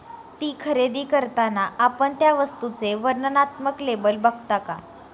ती खरेदी करताना आपण त्या वस्तूचे वर्णनात्मक लेबल बघता का?